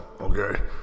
okay